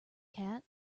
cat